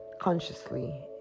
consciously